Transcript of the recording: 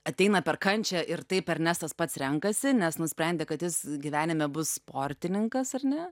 ateina per kančią ir taip ernestas pats renkasi nes nusprendė kad jis gyvenime bus sportininkas ar ne